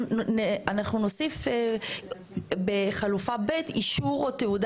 אנחנו נוסיף בחלופה ב' אישור או תעודה